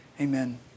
Amen